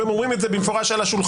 והם אומרים את זה במפורש על השולחן,